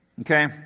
Okay